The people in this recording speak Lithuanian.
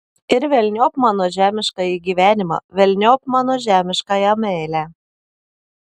ir velniop mano žemiškąjį gyvenimą velniop mano žemiškąją meilę